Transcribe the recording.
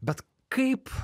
bet kaip